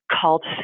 called